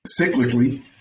cyclically